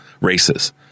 races